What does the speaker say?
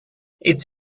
it’s